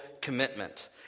commitment